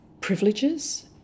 privileges